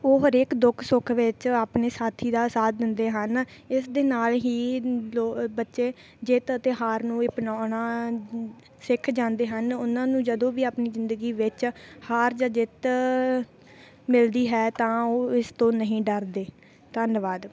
ਉਹ ਹਰੇਕ ਦੁੱਖ ਸੁੱਖ ਵਿੱਚ ਆਪਣੇ ਸਾਥੀ ਦਾ ਸਾਥ ਦਿੰਦੇ ਹਨ ਇਸ ਦੇ ਨਾਲ ਹੀ ਲੋ ਬੱਚੇ ਜਿੱਤ ਅਤੇ ਹਾਰ ਨੂੰ ਵੀ ਅਪਣਾਉਣਾ ਸਿੱਖ ਜਾਂਦੇ ਹਨ ਉਹਨਾਂ ਨੂੰ ਜਦੋਂ ਵੀ ਆਪਣੀ ਜ਼ਿੰਦਗੀ ਵਿੱਚ ਹਾਰ ਜਾਂ ਜਿੱਤ ਮਿਲਦੀ ਹੈ ਤਾਂ ਉਹ ਇਸ ਤੋਂ ਨਹੀਂ ਡਰਦੇ ਧੰਨਵਾਦ